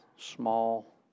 small